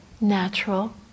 natural